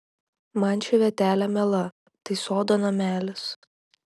man ši vietelė miela tai sodo namelis